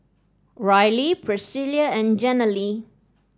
Riley Priscila and Jenilee